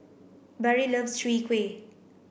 Barry loves Chwee Kueh